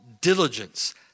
diligence